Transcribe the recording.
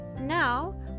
Now